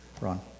Ron